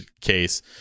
case